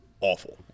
awful